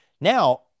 Now